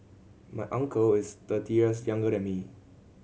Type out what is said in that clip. my uncle is thirty years younger than me